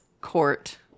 court